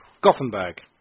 Gothenburg